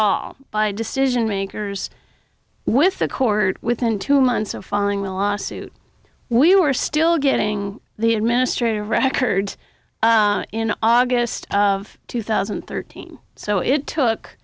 all by decision makers with the court within two months of filing a lawsuit we were still getting the administrative records in august of two thousand and thirteen so it took